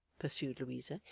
pursued louisa,